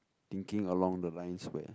thinking along the lines where